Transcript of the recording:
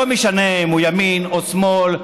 לא משנה אם הוא ימין או שמאל,